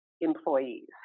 employees